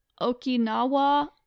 Okinawa